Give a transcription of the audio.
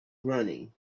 running